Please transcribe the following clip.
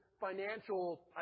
financial